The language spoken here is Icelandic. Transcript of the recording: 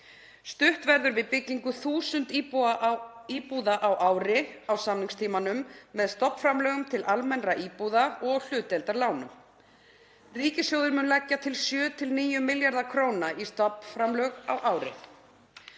Stutt verður við byggingu 1.000 íbúða á ári á samningstímanum með stofnframlögum til almennra íbúða og hlutdeildarlánum. Ríkissjóður mun leggja til 7–9 milljarða kr. í stofnframlög á ári.